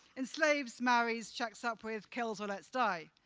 enslaves, marries, shacks up with, kills or lets die.